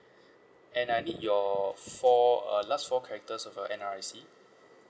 and I need your four uh last four characters of your N_R_I_C